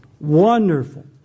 Wonderful